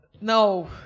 No